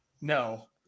No